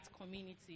community